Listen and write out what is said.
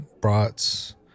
brats